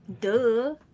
Duh